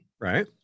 Right